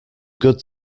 good